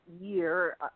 year